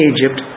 Egypt